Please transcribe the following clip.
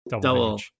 Double